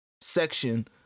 section